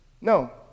No